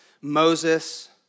Moses